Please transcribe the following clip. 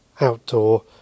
outdoor